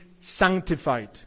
sanctified